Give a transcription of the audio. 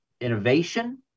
innovation